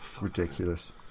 ridiculous